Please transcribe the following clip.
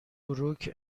بروک